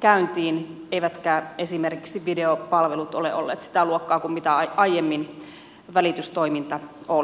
käyntiin eivätkä esimerkiksi videopalvelut ole olleet sitä luokkaa kuin mitä aiemmin välitystoiminta oli